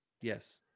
Yes